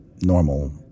normal